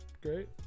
great